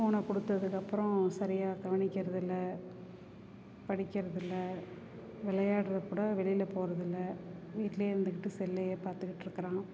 ஃபோனை கொடுத்ததுக்கப்பறம் சரியாக கவனிக்கிறதில்லை படிக்கிறதில்லை விளையாட்றதுகூட வெளியில் போறதில்லை வீட்லேயே இருந்துக்கிட்டு செல்லையே பாத்துக்கிட்ருக்கிறான்